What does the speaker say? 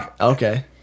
Okay